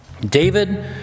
David